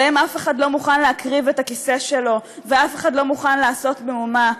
עליהם אף אחד לא מוכן להקריב את הכיסא שלו ואף אחד לא מוכן לעשות מהומה.